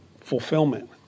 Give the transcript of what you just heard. fulfillment